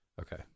Okay